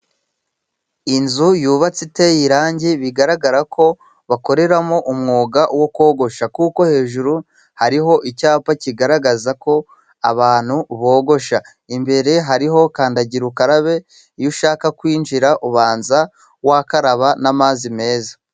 Inzu yubatse iteye irangi, bigaragara ko bakoreramo umwuga wo kogosha, kuko hejuru hariho icyapa, kigaragaza ko abantu bogosha, imbere hariho kandagira ukarabe, iyo ushaka kwinjira ubanza ,wakaraba n'amazi meza.